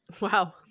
Wow